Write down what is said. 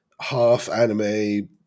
half-anime